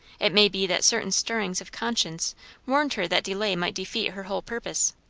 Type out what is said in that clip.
it may be that certain stirrings of conscience warned her that delay might defeat her whole purpose.